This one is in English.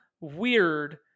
weird